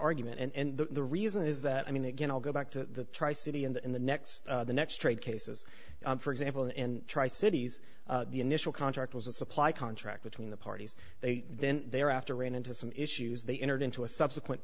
argument and the reason is that i mean again i'll go back to try city in the in the next the next trade cases for example in tri cities the initial contract was a supply contract between the parties they then there after ran into some issues they entered into a subsequent